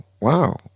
wow